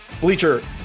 Bleacher